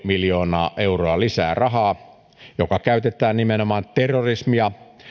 miljoonaa euroa lisää rahaa joka käytetään nimenomaan terrorismia